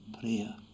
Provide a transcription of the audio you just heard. prayer